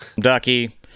Ducky